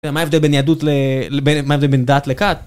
מה הבדל בין יהדות ל..מה ההבדל בין דת לכת?